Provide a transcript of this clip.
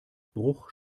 bruch